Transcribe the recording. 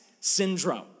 syndrome